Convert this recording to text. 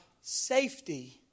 safety